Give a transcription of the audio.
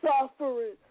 suffering